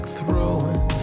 throwing